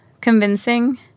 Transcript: convincing